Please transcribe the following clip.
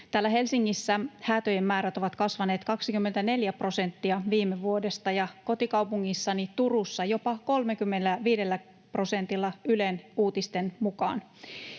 Helsingissä häätöjen määrät ovat kasvaneet 24 prosenttia viime vuodesta ja kotikaupungissani Turussa jopa 35 prosentilla Ylen uutisten mukaan.